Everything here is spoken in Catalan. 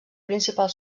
principal